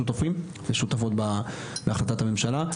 שותפים ושותפות בהחלטת הממשלה.